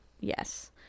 Yes